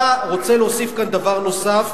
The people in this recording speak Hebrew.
אתה רוצה להוסיף כאן דבר נוסף,